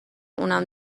اونم